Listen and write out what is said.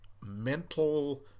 mental